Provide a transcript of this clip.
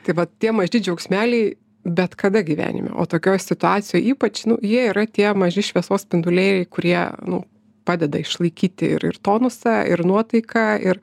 tai vat tie maži džiaugsmeliai bet kada gyvenime o tokioj situacijoj ypač nu jie yra tie maži šviesos spinduliai kurie nu padeda išlaikyti ir ir tonusą ir nuotaiką ir